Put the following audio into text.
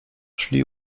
szli